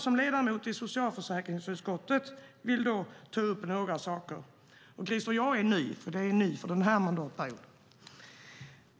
Som ledamot i socialförsäkringsutskottet vill jag ta upp några saker. Och jag är ny för denna mandatperiod, Christer.